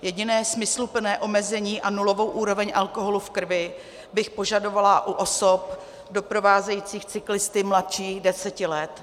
Jediné smysluplné omezení a nulovou úroveň alkoholu v krvi bych požadovala u osob doprovázejících cyklisty mladší deseti let.